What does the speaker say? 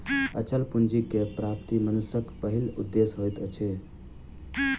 अचल पूंजी के प्राप्ति मनुष्यक पहिल उदेश्य होइत अछि